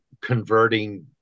converting